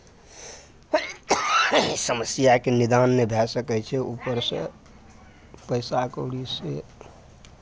समस्याके निदान नहि भए सकै छै ऊपरसँ पैसा कौड़ी से